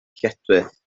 lletchwith